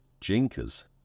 Jinkers